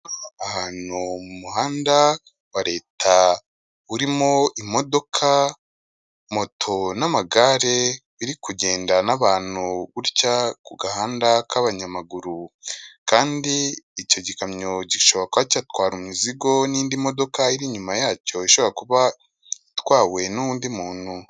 Ahantu mu muhanda wa Leta urimo imodoka, moto n'amagare biri kugenda n'abantu gutya ku gahanda k'abanyamaguru, kandi icyo gikamyo gishobora kuba cyatwara imizigo n'indi modoka iri nyuma yacyo ishobora kuba itwawe n'undi muntu.